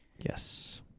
Yes